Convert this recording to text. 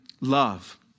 love